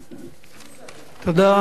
חבר הכנסת עמיר פרץ, בבקשה.